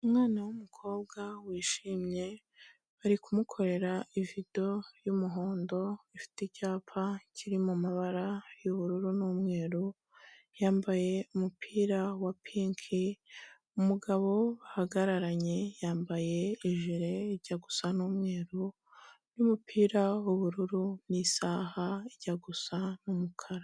Umwana w'umukobwa wishimye bari kumukorera ivido y'umuhondo, ifite icyapa kiri mumabara y'ubururu n'umweru, yambaye umupira wa pinki, umugabo bahagararanye yambaye ijire ijya gusa n'umweru n'umupira w'ubururu n'isaha ijya gusa umukara.